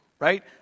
Right